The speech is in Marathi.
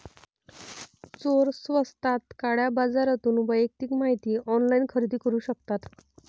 चोर स्वस्तात काळ्या बाजारातून वैयक्तिक माहिती ऑनलाइन खरेदी करू शकतात